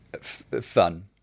fun